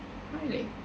!huh! really